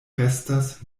restas